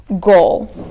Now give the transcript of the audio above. goal